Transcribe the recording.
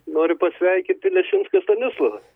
nori pasveikinti leščinską stanislovą